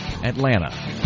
Atlanta